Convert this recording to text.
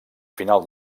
final